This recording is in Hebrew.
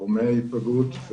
גורמי ההיפגעות.